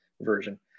version